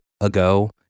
ago